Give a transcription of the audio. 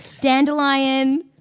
Dandelion